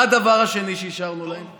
מה הדבר השני שהשארנו להם?